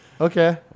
Okay